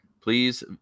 Please